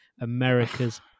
America's